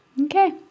Okay